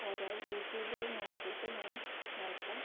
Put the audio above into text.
ഓരോ യൂട്യൂബിൽ നോക്കിയിട്ട് ഞാൻ നൃത്തം